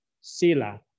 sila